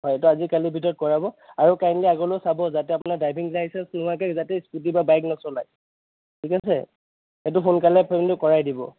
হয়তো আজি কালিৰ ভিতৰত কৰাব আৰু কাইণ্ডলি আগলৈও চাব যাতে আপোনাৰ ড্ৰাইভিং লাইসেন্স নোহোৱাকৈ যাতে স্কুটি বা বাইক নচলায় ঠিক আছে এইটো সোনকালে পে'মেণ্টো কৰাই দিব